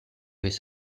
his